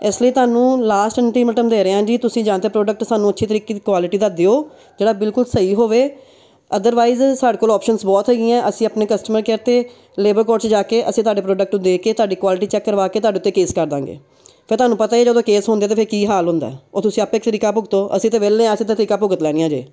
ਇਸ ਲਈ ਤੁਹਾਨੂੰ ਲਾਸਟ ਅਲਟੀਮੇਟਮ ਦੇ ਰਹੇ ਹਾਂ ਜੀ ਤੁਸੀਂ ਜਾਂ ਤਾਂ ਪ੍ਰੋਡਕਟ ਸਾਨੂੰ ਅੱਛੀ ਤਰੀਕੇ ਦੀ ਕੁਆਲਿਟੀ ਦਾ ਦਿਓ ਜਿਹੜਾ ਬਿਲਕੁਲ ਸਹੀ ਹੋਵੇ ਅਦਰਵਾਈਜ਼ ਸਾਡੇ ਕੋਲ ਔਪਸ਼ਨਸ ਬਹੁਤ ਹੈਗੀਆਂ ਅਸੀਂ ਆਪਣੇ ਕਸਟਮਰ ਕੇਅਰ ਅਤੇ ਲੇਬਰ ਕੋਰਟ 'ਚ ਜਾ ਕੇ ਅਸੀਂ ਤੁਹਾਡੇ ਪ੍ਰੋਡਕਟ ਨੂੰ ਦੇ ਕੇ ਤੁਹਾਡੀ ਕੁਆਲਿਟੀ ਚੈੱਕ ਕਰਵਾ ਕੇ ਤੁਹਾਡੇ ਉੱਤੇ ਕੇਸ ਕਰ ਦਾਂਗੇ ਫਿਰ ਤੁਹਾਨੂੰ ਪਤਾ ਹੀ ਆ ਜਦੋਂ ਕੇਸ ਹੁੰਦੇ ਤਾਂ ਫਿਰ ਕੀ ਹਾਲ ਹੁੰਦਾ ਹੈ ਉਹ ਤੁਸੀਂ ਆਪੇ ਤਰੀਕਾਂ ਭੁਗਤੋ ਅਸੀਂ ਤਾਂ ਵਿਹਲੇ ਹਾਂ ਅਸੀਂ ਤਾਂ ਤਰੀਕਾਂ ਭੁਗਤ ਲੈਣੀਆਂ ਜੇ